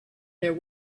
there